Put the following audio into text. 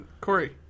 Corey